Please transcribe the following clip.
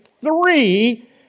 three